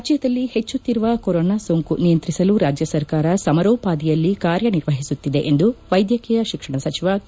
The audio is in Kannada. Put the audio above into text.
ರಾಜ್ಲದಲ್ಲಿ ಹೆಚ್ಚುಕ್ತಿರುವ ಕೊರೋನಾ ಸೋಂಕು ನಿಯಂತ್ರಿಸಲು ರಾಜ್ಲ ಸರಕಾರ ಸಮಾರೋಪಾದಿಯಲ್ಲಿ ಕಾರ್ಯ ನಿರ್ವಹಿಸುತ್ತಿದೆ ಎಂದು ವೈದ್ಯಕೀಯ ಶಿಕ್ಷಣ ಸಚಿವ ಕೆ